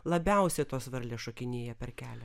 labiausia tos varlės šokinėja per kelią